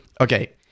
Okay